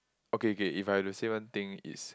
okay okay if I have to say one thing is